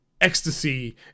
ecstasy